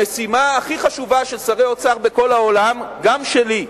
המשימה הכי חשובה של שרי אוצר בכל העולם, גם שלי,